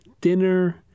dinner